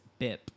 BIP